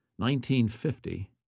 1950